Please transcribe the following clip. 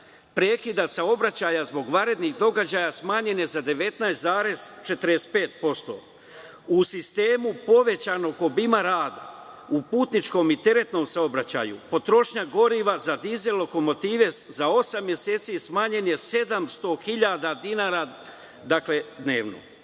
prekida saobraćaja zbog vanrednih događaja smanjen je za 19,45%. U sistemu povećanog obima rada u putničkom i teretnom saobraćaju potrošnja goriva za dizel lokomotive za osam meseci smanjen je 700.000 dinara